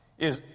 is,